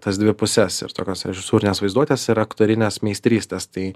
tas dvi puses ir tokios režisūrinės vaizduotės ir aktorinės meistrystės tai